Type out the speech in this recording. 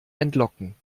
entlocken